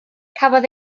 cafodd